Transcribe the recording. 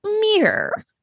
mirror